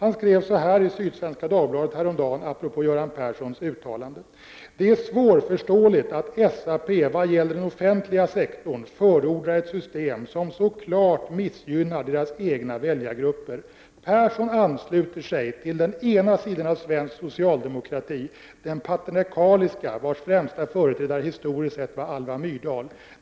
Han skrev så här i Sydsvenska Dagbladet häromdagen apropå Göran Perssons uttalande: ”Det är svårförståeligt att SAP vad gäller den offentliga sektorn förordar ett system som så klart missgynnar deras egna väljargrupper. Persson ansluter sig till den ena sidan av svensk socialdemokrati — den paternalistiska, vars främsta företrädare historiskt sett var Alva Myrdal.